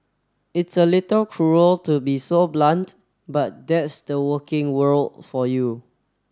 it's a little cruel to be so blunt but that's the working world for you